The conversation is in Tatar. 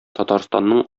татарстанның